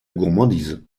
gourmandise